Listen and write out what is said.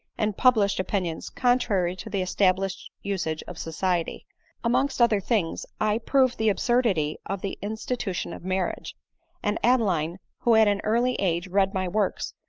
and published opinions contrary to the established usage of society amongst other things i proved the absurdity of the institution of marriage and adeline, who at an early age read my works,